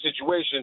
situation